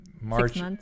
March